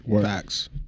Facts